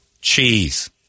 cheese